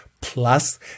plus